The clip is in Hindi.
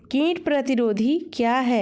कीट प्रतिरोधी क्या है?